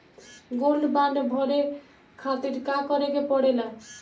Gold bond भरे खातिर का करेके पड़ेला?